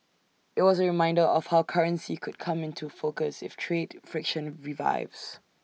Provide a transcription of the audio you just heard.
IT was A reminder of how currency could come into focus if trade friction revives